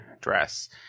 dress